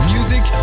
Music